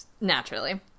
Naturally